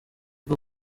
bwo